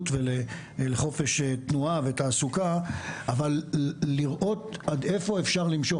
וחופש התנועה והתעסוקה אבל לראות עד איפה אפשר למשוך,